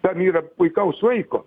tam yra puikaus laiko